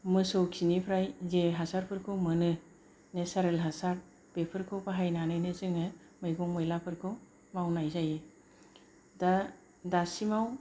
मोसौ खिनिफ्राय जे हासारफोरखौ मोनो नेसारेल हासार बेफोरखौ बाहायनानैनो जोङो मैगं मैलाफोरखौ मावनाय जायो दा दासिमाव